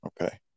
okay